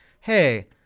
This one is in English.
hey